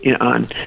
on